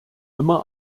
immer